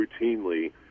routinely